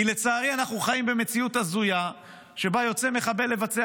כי לצערי אנחנו חיים במציאות הזויה שבה יוצא מחבל לבצע